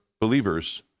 believers